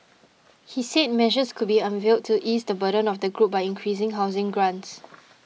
he said measures could be unveiled to ease the burden of this group by increasing housing grants